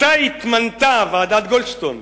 מתי התמנתה ועדת גולדסטון,